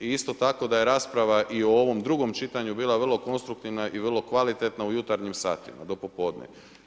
Isto tako da je rasprava i u ovom drugom čitanju bila vrlo konstruktivna i vrlo kvalitetna u jutarnjim satima do popodne.